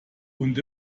und